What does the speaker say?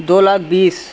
دو lakh بیس